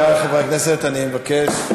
חברי חברי הכנסת, אני מבקש.